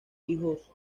hijos